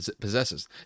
possesses